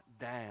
down